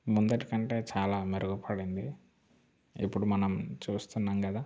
ముందు కంటే చాలా మెరుగుపడింది ఇప్పుడు మనం చూస్తున్నాం కదా